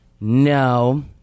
no